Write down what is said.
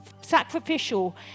sacrificial